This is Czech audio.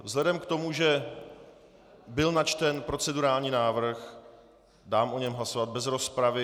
Vzhledem k tomu, že byl načten procedurální návrh, dám o něm hlasovat bez rozpravy.